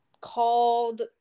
called